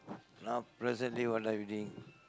now presently what are you doing